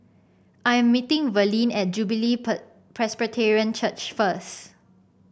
I am meeting Verlie at Jubilee Presbyterian Church first